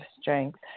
strength